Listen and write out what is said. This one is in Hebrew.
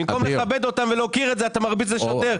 במקום לכבד אותם ולהוקיר את זה אתה מרביץ לשוטר.